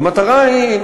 המטרה היא,